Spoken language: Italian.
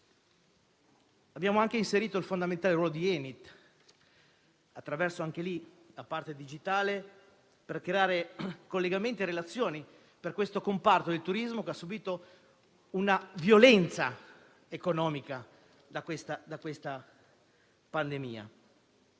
Abbiamo anche inserito il fondamentale ruolo di ENIT, anche in questo caso attraverso la parte digitale, per creare collegamenti e relazioni per il comparto del turismo che ha subito una violenza economica da questa pandemia.